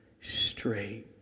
straight